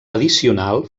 addicional